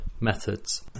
methods